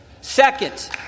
Second